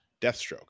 deathstroke